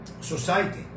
society